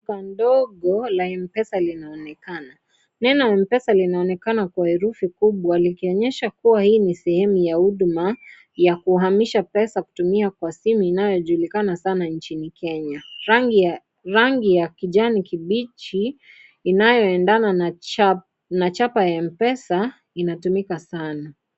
Duka ndogo la Mpesa linaonekana, neno Mpesa linaonekana kwa herufi kubwa likionyesha kuwa hii ni sehemu ya huduma ya kuhamisha pesa kutumia kwa simu inayojulikana sana nchini Kenya, rangi ya kijani kibichi inayoendana na chapa ya Mpesa inatumika sana.